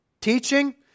teaching